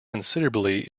considerably